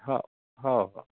हो हो हो